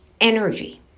energy